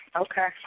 Okay